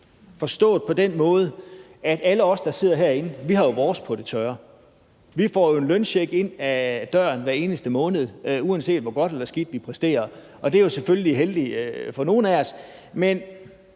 Forstået på den måde, at alle os, der sidder herinde, jo har vores på det tørre – vi får jo en løncheck ind ad døren hver eneste måned, uanset hvor godt eller skidt vi præsterer, og det er jo selvfølgelig heldigt for nogle af os – men